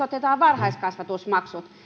otetaan varhaiskasvatusmaksut